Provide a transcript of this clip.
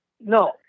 No